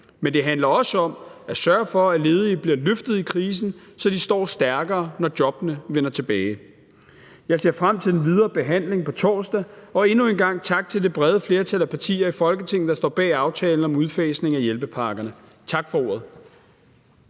Men det handler også om at sørge for, at ledige bliver løftet i krisen, så de står stærkere, når jobbene vender tilbage. Jeg ser frem til den videre behandling på torsdag og siger endnu en gang tak til det brede flertal af partier i Folketinget, der står bag aftalen om udfasning af hjælpepakkerne. Tak for ordet.